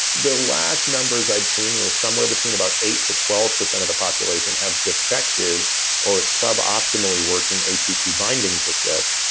the last numbers i'd seen were somewhere between about eight to twelve percent of the population have defective or suboptimally working atp binding cassettes.